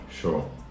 sure